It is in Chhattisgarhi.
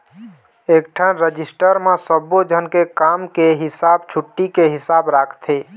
एकठन रजिस्टर म सब्बो झन के काम के हिसाब, छुट्टी के हिसाब राखथे